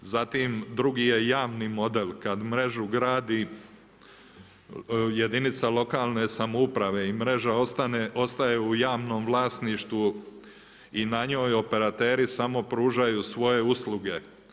Zatim, drugi je javni model, kad mrežu gradi jedinica lokalne samouprave i mreža ostaje u javnom vlasništvu i na njoj operateri samo pružaju svoje usluge.